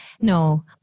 no